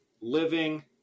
living